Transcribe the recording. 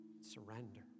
Surrender